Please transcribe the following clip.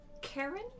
Karen